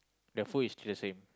the food is still the same